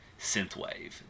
synthwave